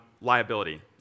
liability